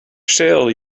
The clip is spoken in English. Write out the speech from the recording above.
sale